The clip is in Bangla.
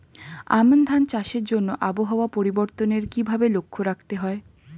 আমন ধান চাষের জন্য আবহাওয়া পরিবর্তনের কিভাবে লক্ষ্য রাখতে হয়?